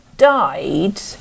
died